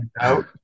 out